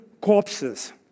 corpses